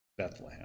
Bethlehem